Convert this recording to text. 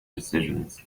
decisions